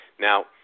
Now